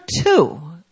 two